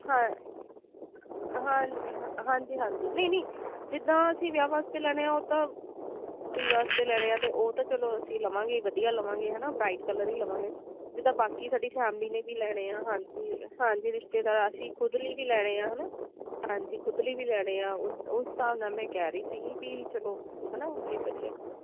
ਹਾਂ ਹਾਂ ਹਾਂਜੀ ਹਾਂਜੀ ਨਹੀਂ ਨਹੀਂ ਜਿੱਦਾਂ ਅਸੀਂ ਵਿਆਹ ਵਾਸਤੇ ਲੈਣੇ ਹੈ ਉਹ ਤਾਂ ਕੁੜੀ ਵਾਸਤੇ ਲੈਣੇ ਹੈ ਅਤੇ ਉਹ ਤਾਂ ਚੱਲੋ ਅਸੀਂ ਲਵਾਂਗੇ ਵਧੀਆ ਲਵਾਂਗੇ ਹੈਨਾ ਬ੍ਰਾਈਟ ਕਲਰ ਹੀ ਲਵਾਂਗੇ ਜਿੱਦਾਂ ਬਾਕੀ ਸਾਡੀ ਫੈਮਿਲੀ ਨੇ ਵੀ ਲੈਣੇ ਆ ਹਾਂਜੀ ਹਾਂਜੀ ਰਿਸ਼ਤੇਦਾਰ ਅਸੀਂ ਖੁਦ ਲੀ ਵੀ ਲੈਣੇ ਆ ਹੈ ਨਾ ਹਾਂਜੀ ਖੁਦ ਲਈ ਵੀ ਲੈਣੇ ਆ ਉਸ ਉਸ ਹਿਸਾਬ ਨਾਲ ਮੈਂ ਕਹਿ ਰਹੀ ਸੀਗੀ ਪੀ ਚਲੋ ਹੈ ਨਾ ਇਹ ਵਧੀਆ ਕੱਪੜਾ